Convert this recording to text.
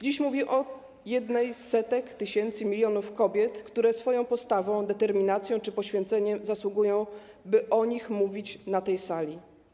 Dziś mówię o jednej z setek tysięcy milionów kobiet, które swoją postawą, determinacją czy poświęceniem zasłużyły, by mówić o nich na tej sali.